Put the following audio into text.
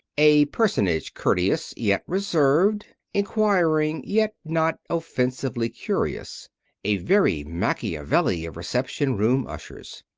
a personage courteous, yet reserved, inquiring, yet not offensively curious a very machiavelli of reception-room ushers.